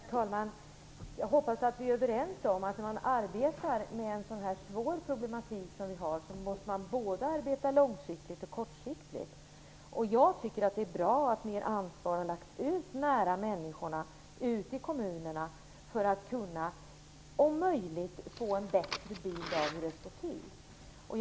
Herr talman! Jag hoppas att vi är överens om att man när man arbetar med en sådan här svår problematik måste arbeta både långsiktigt och kortsiktigt. Jag tycker att det är bra att mer ansvar har lagts ut nära människorna, ute i kommunerna, för att om möjligt få en bättre bild av situationen.